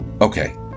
Okay